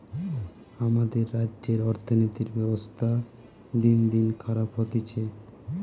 আমাদের রাজ্যের অর্থনীতির ব্যবস্থা দিনদিন খারাপ হতিছে